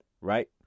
Right